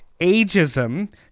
ageism